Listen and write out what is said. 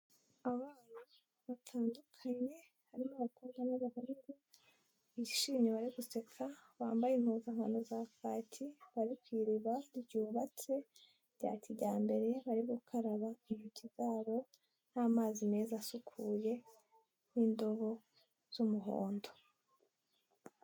Abana batandukanye harimo abakobwa n'abahungu bishimye bari gusetsa, bambaye impuzankano za kaki, bari ku iriba ryubatse rya kijyambere, bari gukaraba intoki zabo n'amazi meza asukuye n'indobo z'umuhondo.